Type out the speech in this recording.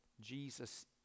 Jesus